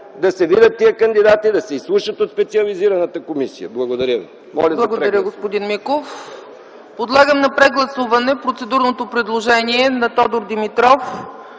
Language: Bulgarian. да се видят тези кандидати, да се изслушат от специализираната комисия. Благодаря ви.